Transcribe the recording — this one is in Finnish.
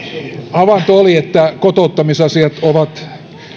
havainto oli että kotouttamisasiat ovat